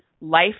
life